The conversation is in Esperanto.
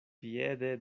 piede